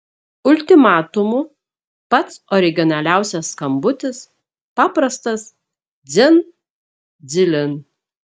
ultimatumu pats originaliausias skambutis paprastas dzin dzilin